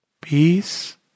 Peace